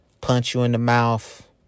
punch-you-in-the-mouth